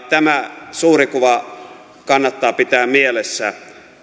tämä suuri kuva kannattaa pitää mielessä